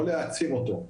לא להעצים אותו.